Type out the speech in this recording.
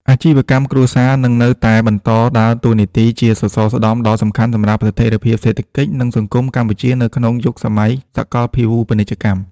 អាជីវកម្មគ្រួសារនឹងនៅតែបន្តដើរតួនាទីជាសសរស្តម្ភដ៏សំខាន់សម្រាប់ស្ថិរភាពសេដ្ឋកិច្ច និងសង្គមកម្ពុជានៅក្នុងយុគសម័យសកលភាវូបនីយកម្ម។